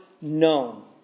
known